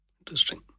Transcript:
Interesting